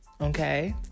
Okay